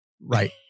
right